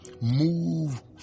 move